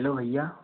hello भैया